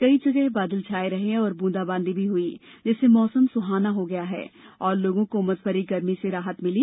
कई जगह बादल छाये रहे और ब्रंदा बांदी भी हई जिससे मौसम सुहाना हो गया और लोगों को उमस भरी गर्मी से राहत मिली